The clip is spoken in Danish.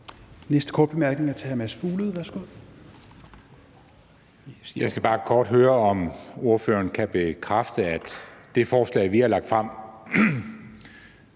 Næste korte bemærkning er til hr. Mads Fuglede. Værsgo. Kl. 12:09 Mads Fuglede (V): Jeg skal bare kort høre, om ordføreren kan bekræfte, at det forslag, vi har lagt frem,